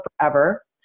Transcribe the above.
forever